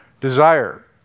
desire